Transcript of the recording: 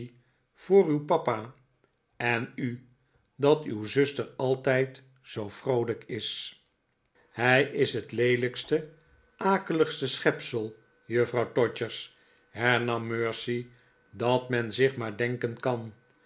voor uwjpapa en u dat uw zuster altijd zoo vroolijk is hij is het leelijkste akeligste schepsel juffrouw todgers hernam mercy dat men zich maar denken kan